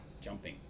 jumping